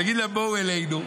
נגיד להם: בואו אלינו,